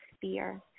fear